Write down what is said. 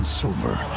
silver